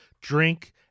drink